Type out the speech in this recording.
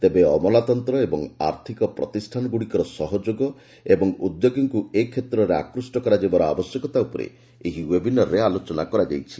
ତେବେ ଅମଲାତନ୍ତ୍ର ଏବଂ ଆର୍ଥିକ ପ୍ରତିଷ୍ଠାନଗୁଡ଼ିକର ସହଯୋଗ ଓ ଉଦ୍ୟୋଗୀମାନଙ୍କୁ ଏ କ୍ଷେତ୍ରରେ ଆକୃଷ୍ଟ କରାଯିବାର ଆବଶ୍ୟକତା ଉପରେ ଏହି ଓ୍ବେବିନାରରେ ଆଲୋଚନା କରାଯାଇଛି